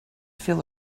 feel